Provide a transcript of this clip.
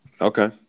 Okay